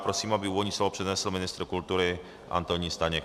Prosím, aby úvodní slovo přednesl ministr kultury Antonín Staněk.